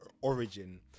origin